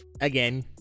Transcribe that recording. again